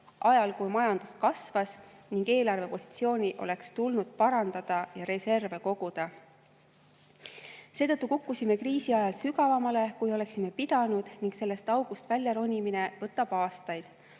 ajal, kui majandus kasvas, ning eelarvepositsiooni oleks tulnud parandada ja reserve koguda. Seetõttu kukkusime kriisi ajal sügavamale, kui oleksime pidanud kukkuma, ning sellest august väljaronimine võtab aastaid.